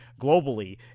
globally